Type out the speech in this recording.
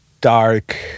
dark